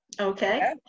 Okay